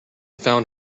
found